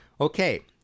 Okay